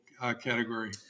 category